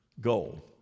goal